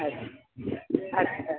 अच्छा अच्छा